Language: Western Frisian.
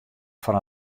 foar